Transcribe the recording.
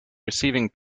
receiving